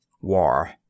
War